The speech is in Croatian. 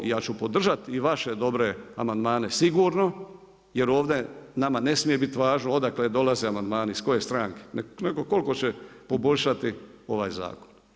Ja ću podržati i vaše dobre amandmane sigurno, jer ovdje nama ne smije biti važno odakle dolaze amandmani iz koje stranke, nego koliko će poboljšati ovaj zakon.